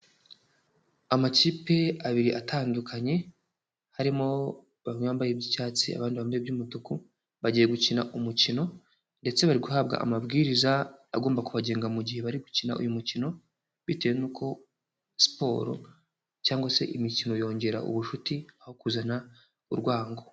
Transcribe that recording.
Amakipe abiri atandukanye harimo bamwe bambaye iby'icyatsi abandi bambaye iby'umutuku bagiye gukina umukino, ndetse bari guhabwa amabwiriza agomba kubagenga mu gihe bari gukina uyu mukino. Bitewe na siporo cyangwa se imikino yongera ubucuti aho kuzana urwango.